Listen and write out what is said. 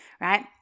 right